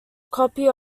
copy